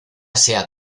sea